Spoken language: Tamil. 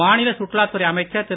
மாநில சுற்றுலாத்துறை அமைச்சர் திரு